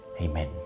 Amen